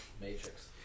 Matrix